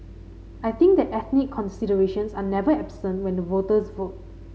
I think that ethnic considerations are never absent when the voters vote